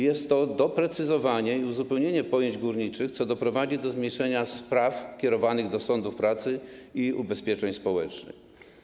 Jest to doprecyzowanie i uzupełnienie pojęć górniczych, co doprowadzi do zmniejszenia liczby spraw kierowanych do sądów pracy i ubezpieczeń społecznych.